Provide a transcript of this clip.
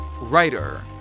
Writer